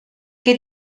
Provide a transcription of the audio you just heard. qui